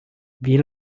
wie